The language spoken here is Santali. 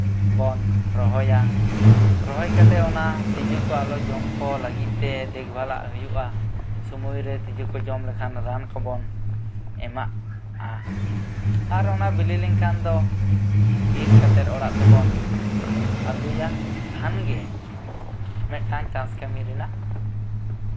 ᱵᱚᱱ ᱨᱚᱦᱚᱭᱟ ᱨᱚᱦᱚᱭ ᱠᱟᱛᱮᱫ ᱚᱱᱟ ᱛᱤᱡᱩ ᱠᱚ ᱟᱞᱚ ᱡᱚᱢ ᱞᱟᱹᱜᱤᱫ ᱛᱮ ᱫᱮᱠᱷ ᱵᱷᱟᱞᱟᱜ ᱦᱩᱭᱩᱜᱼᱟ ᱥᱚᱢᱚᱭ ᱨᱮ ᱛᱤᱡᱩ ᱠᱚ ᱡᱚᱢ ᱞᱮᱠᱷᱟᱱ ᱨᱟᱱ ᱠᱚᱵᱚᱱ ᱮᱢᱟᱜᱼᱟ ᱟᱨ ᱚᱱᱟ ᱵᱤᱞᱤ ᱞᱮᱱᱠᱷᱟᱱ ᱫᱚ ᱤᱨ ᱠᱟᱛᱮᱫ ᱚᱲᱟᱜ ᱛᱮᱵᱚᱱ ᱟᱜᱩᱭᱟ ᱠᱷᱟᱱ ᱜᱮ ᱢᱤᱫᱴᱟᱱ ᱪᱟᱥ ᱠᱟᱹᱢᱤ ᱨᱮᱭᱟᱜ